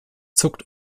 zuckt